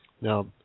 Now